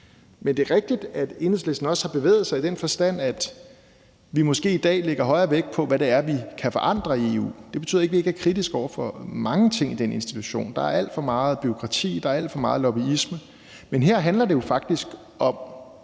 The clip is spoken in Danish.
Men det er rigtigt, at Enhedslisten også har bevæget sig, i den forstand at vi i dag måske lægger mere vægt på, hvad det er, vi kan forandre i EU. Det betyder ikke, vi ikke er kritiske over for mange ting i den institution – der er alt for meget bureaukrati, og der er alt for meget lobbyisme – men her handler det jo faktisk om